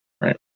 Right